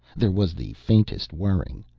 there was the faintest whirring.